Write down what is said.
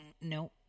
no